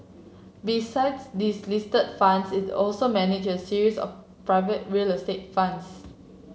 besides these listed funds it also manages a series of private real estate funds